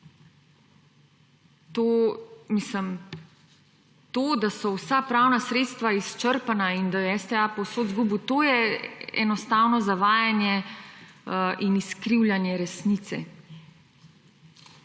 obravnava. To, da so vsa pravna sredstva izčrpana in da je STA povsod izgubil to je enostavno zavajanje in izkrivljanje resnice.